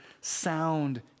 sound